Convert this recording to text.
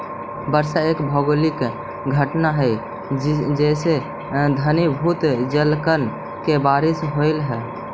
वर्षा एक भौगोलिक घटना हई जेसे घनीभूत जलकण के बारिश होवऽ हई